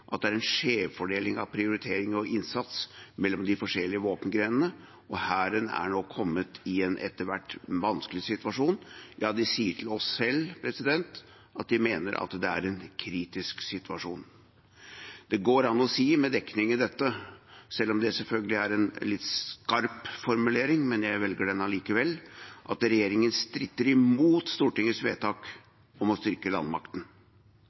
at det er en skjevfordeling av prioritering og innsats mellom de forskjellige våpengrenene, og Hæren er nå kommet i en etter hvert vanskelig situasjon. De sier selv til oss at de mener det er en kritisk situasjon. Med dekning i dette går det an å si – selv om det selvfølgelig er en litt skarp formulering, men jeg velger den allikevel – at regjeringen stritter imot Stortingets vedtak om å styrke landmakten.